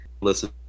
listen